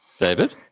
David